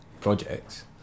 projects